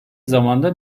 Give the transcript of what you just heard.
zamanda